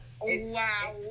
Wow